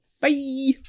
Bye